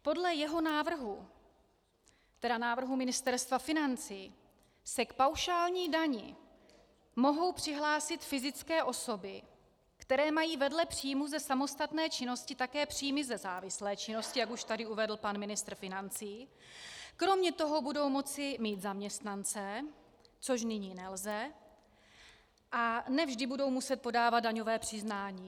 Podle jeho návrhu, tedy návrhu Ministerstva financí, se k paušální dani mohou přihlásit fyzické osoby, které mají vedle příjmů ze samostatné činnosti také příjmy ze závislé činnosti, jak už tady uvedl pan ministr financí, kromě toho budou moci mít zaměstnance, což nyní nelze, a ne vždy budou muset podávat daňové přiznání.